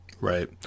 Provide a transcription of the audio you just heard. Right